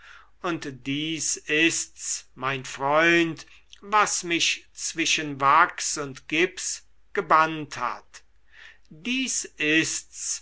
und dies ist's mein freund was mich zwischen wachs und gips gebannt hat dies ist's